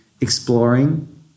exploring